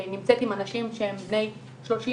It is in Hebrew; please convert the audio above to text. והיא נמצאת עם אנשים שהם בני 30,